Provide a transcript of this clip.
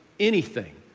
anything.